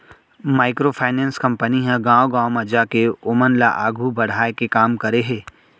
micro finance company ह गाँव गाँव म जाके ओमन ल आघू बड़हाय के काम करे हे